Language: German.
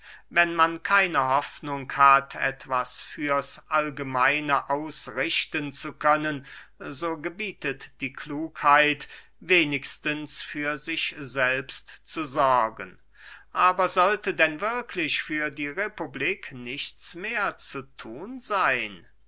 wenn man keine hoffnung hat etwas fürs allgemeine ausrichten zu können so gebietet die klugheit wenigstens für sich selbst zu sorgen aber sollte denn wirklich für die republik nichts mehr zu thun seyn